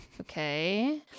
okay